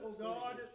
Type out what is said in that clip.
God